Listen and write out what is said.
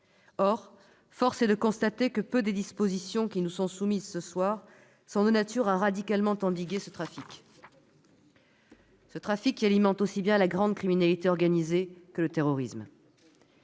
Or force est de constater que peu des dispositions qui nous sont soumises ce soir sont de nature à radicalement endiguer ce trafic, lequel alimente aussi bien la grande criminalité organisée que le terrorisme.